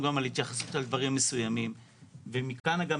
כי הוא לא מכיר את החוק.